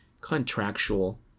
contractual